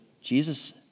Jesus